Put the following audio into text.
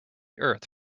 earth